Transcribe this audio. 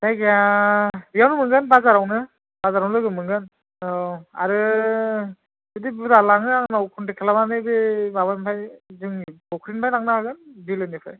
जायगाया बियावनो मोनगोन बाजारावनो बाजारावनो लोगो मोनगोन औ आरो बिदि बुरजा लाङो आंनाव खनथेक खालामनानै बे माबानिफ्राय जोंनि फक्रिनिफ्राय लांनो हागोन बिलोनिफ्राय